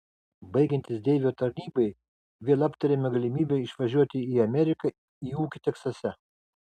baigiantis deivio tarnybai vėl aptarėme galimybę išvažiuoti į ameriką į ūkį teksase